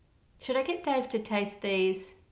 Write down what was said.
should i get dave to taste these?